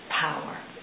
power